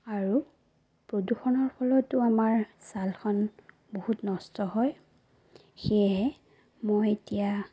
আৰু প্ৰদূষণৰ ফলতো আমাৰ ছালখন বহুত নষ্ট হয় সেয়েহে মই এতিয়া